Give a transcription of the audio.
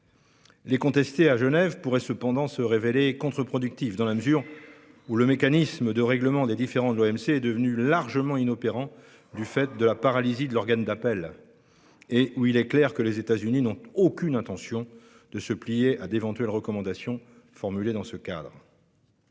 Les contester à Genève pourrait cependant se révéler contre-productif, dans la mesure où le mécanisme de règlement des différends de l'OMC est devenu largement inopérant du fait de la paralysie de l'organe d'appel et qu'il est clair que les États-Unis n'ont aucune intention de se plier à d'éventuelles recommandations formulées dans ce cadre.